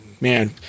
Man